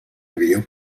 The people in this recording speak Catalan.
avió